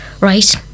right